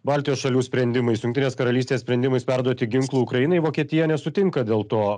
baltijos šalių sprendimais jungtinės karalystės sprendimais perduoti ginklų ukrainai vokietija nesutinka dėl to